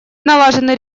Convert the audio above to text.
налажены